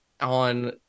on